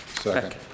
Second